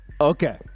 Okay